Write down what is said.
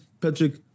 Patrick